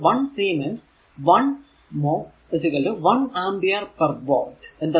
അപ്പോൾ 1 siemens 1 mho 1 ampere per volt